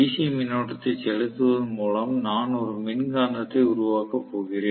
C மின்னோட்டத்தை செலுத்துவதன் மூலம் நான் ஒரு மின்காந்தத்தை உருவாக்கப் போகிறேன்